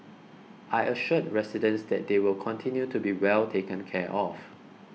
I assured residents that they will continue to be well taken care of